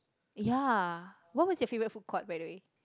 ya what was your favorite food court by the way